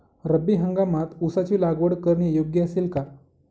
रब्बी हंगामात ऊसाची लागवड करणे योग्य असेल का?